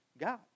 God